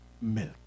milk